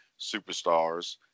superstars